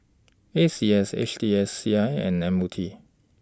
A C S H T S C I and M O T